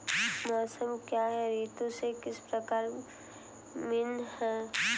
मौसम क्या है यह ऋतु से किस प्रकार भिन्न है?